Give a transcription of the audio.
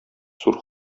зур